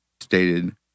stated